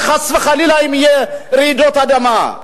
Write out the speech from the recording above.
חס וחלילה אם יהיו רעידות אדמה?